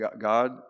God